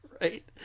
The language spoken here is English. right